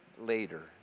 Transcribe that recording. later